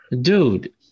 dude